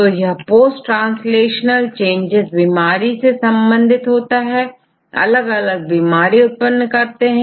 तो यह post translational changes बीमारी से संबंधित होते हैं अलग अलग बीमारी उत्पन्न करते हैं